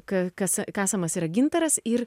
kasamas yra gintaras ir